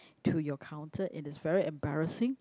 to your counter and it's very embarrassing